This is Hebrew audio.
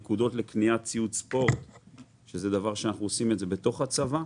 ונקודות לקניית ציוד ספורט זה דבר שאנחנו עושים בתוך הצבא.